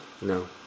No